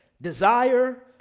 Desire